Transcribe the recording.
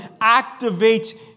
Activate